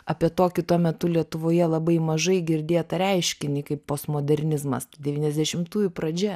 apie tokį tuo metu lietuvoje labai mažai girdėtą reiškinį kaip postmodernizmas devyniasdešimtųjų pradžia